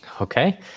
okay